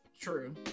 True